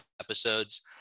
episodes